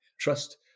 Trust